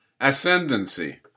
ascendancy